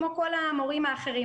כמו כל המורים האחרים.